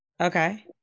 Okay